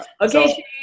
Okay